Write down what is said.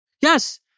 Yes